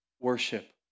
Worship